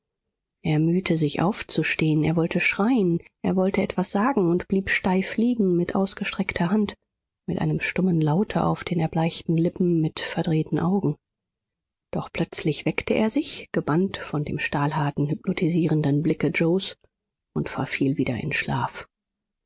er bemühte sich aufzustehen er wollte schreien er wollte etwas sagen und blieb steif liegen mit ausgestreckter hand mit einem stummen laute auf den erbleichten lippen mit verdrehten augen doch plötzlich weckte er sich gebannt von dem stahlharten hypnotisierenden blicke yoes und verfiel wieder in schlaf